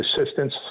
assistance